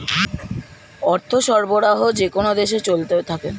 অর্থ সরবরাহ যেকোন দেশে চলতে থাকে